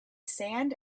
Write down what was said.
sand